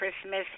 Christmas